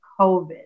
COVID